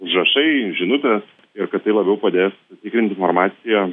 užrašai žinutės ir kad tai labiau padės tikrint informaciją